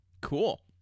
Cool